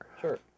Sure